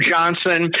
Johnson